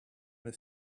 you